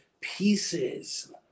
pieces